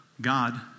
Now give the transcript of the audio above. God